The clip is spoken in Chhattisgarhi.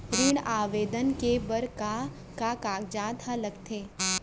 ऋण आवेदन दे बर का का कागजात ह लगथे?